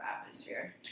atmosphere